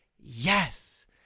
Yes